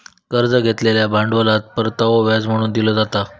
कर्ज घेतलेल्या भांडवलात परतावो व्याज म्हणून दिलो जाता